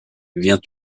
viens